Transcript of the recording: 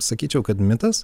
sakyčiau kad mitas